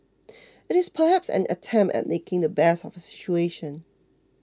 it is perhaps an attempt at making the best of a situation